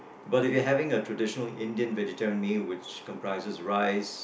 but if they're having a traditional Indian vegetarian meal which comprises rice